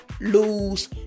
lose